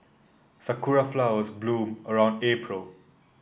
sakura flowers bloom around April